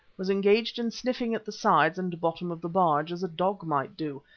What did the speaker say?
was engaged in sniffing at the sides and bottom of the barge, as a dog might do,